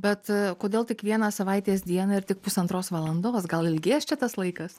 bet kodėl tik vieną savaitės dieną ir tik pusantros valandos gal ilgės tas laikas